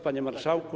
Panie Marszałku!